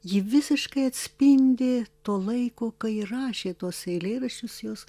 ji visiškai atspindi to laiko kai ji rašė tuos eilėraščius jos